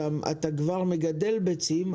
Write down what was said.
אתה כבר מגדל ביצים,